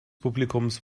publikums